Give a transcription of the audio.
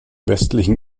westlichen